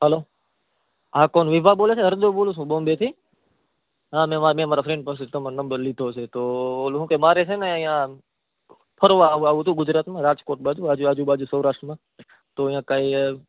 hello હા હા કોણ વિભા બોલે છે અર્જુન બોલું છું બોમ્બેથી હા મેં મારા ફ્રેન્ડ પાસેથી તમારો નંબર લીધો છે તો પેલું શું કે મારે છેને કે અહીંયા ફરવા આવવું હતું ગુજરાતમાં રાજકોટ બાજુ આજુ બાજુ સૌરાષ્ટ્રમાં તો અહીંયા કાઈ